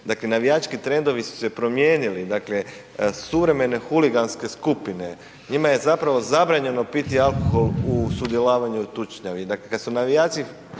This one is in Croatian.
dakle navijački trendovi su se promijenili, dakle suvremene huliganske skupine, njima je zapravo zabranjeno piti alkohol u sudjelovanju i tučnjavi. Dakle kad su navijači